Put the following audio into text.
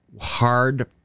hard